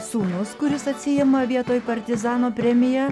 sūnus kuris atsiima vietoj partizano premiją